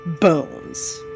bones